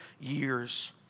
years